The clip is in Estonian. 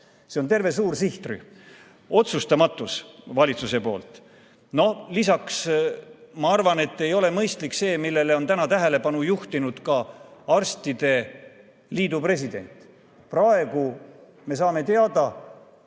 See on terve suur sihtrühm. Otsustamatus valitsuse poolt! Lisaks ma arvan, et ei ole mõistlik see, millele on tähelepanu juhtinud ka arstide liidu president. Praegu, pandeemia